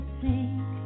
sink